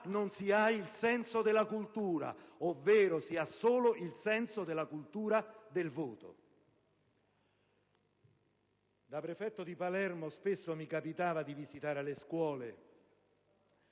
non si ha senso della cultura, ovvero si ha solo il senso della cultura del voto*.* Da prefetto di Palermo spesso mi capitava di visitare le scuole